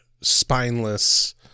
spineless